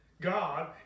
God